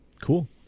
Cool